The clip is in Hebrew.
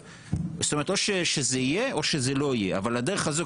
או שזה יהיה או שזה לא יהיה אבל הדרך הזאת,